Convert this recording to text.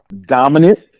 dominant